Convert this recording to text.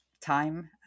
time